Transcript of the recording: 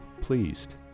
pleased